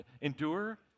endure